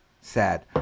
Sad